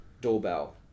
doorbell